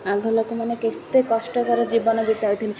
ଆଗ ଲୋକମାନେ କେତେ କଷ୍ଟକର ଜୀବନ ବିତାଉଥିଲେ